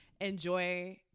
enjoy